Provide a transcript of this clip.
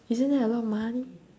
isn't that a lot of money